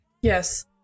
yes